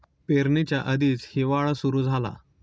पेरणीच्या आधीच हिवाळा सुरू झाला